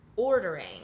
ordering